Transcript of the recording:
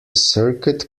circuit